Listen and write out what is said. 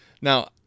Now